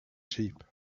sheep